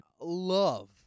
love